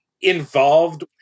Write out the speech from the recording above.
involved